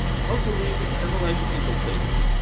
how to read and analyze an income statement?